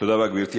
תודה רבה, גברתי.